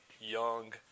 young